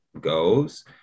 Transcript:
goes